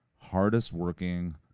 hardest-working